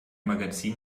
magazin